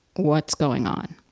what's going on?